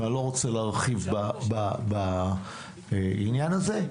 ואני לא רוצה להרחיב בעניין הזה.